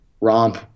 romp